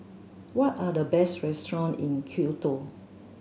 what are the best restaurants in Quito